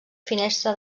finestra